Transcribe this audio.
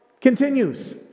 continues